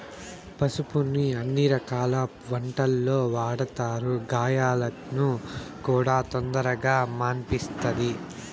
పసుపును అన్ని రకాల వంటలల్లో వాడతారు, గాయాలను కూడా తొందరగా మాన్పిస్తది